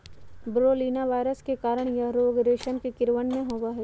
बोरोलीना virus के कारण यह रोग रेशम के कीड़वन में होबा हई